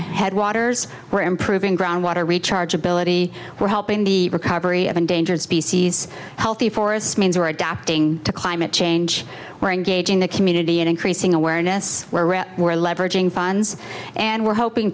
my head waters we're improving groundwater recharge ability we're helping the recovery of endangered species healthy forests means we're adapting to climate change we're engaging the community in increasing awareness where we're leveraging funds and we're hoping